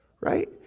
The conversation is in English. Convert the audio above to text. Right